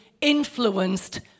influenced